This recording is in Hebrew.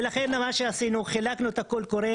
ולכן מה שעשינו חילקנו את הקול קורא